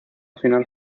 final